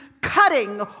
cutting